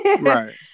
Right